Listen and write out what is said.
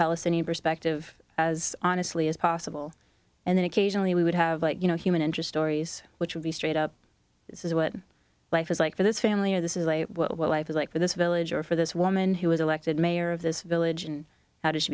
palestinian perspective as honestly as possible and then occasionally we would have let you know human interest stories which would be straight up this is what life is like for this family or this is what life is like for this village or for this woman who was elected mayor of this village and how did